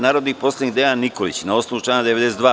Narodni poslanik Dejan Nikolić, na osnovu člana 92.